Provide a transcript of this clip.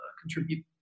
contribute